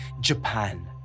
Japan